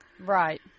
Right